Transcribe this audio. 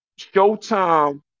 Showtime